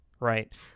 Right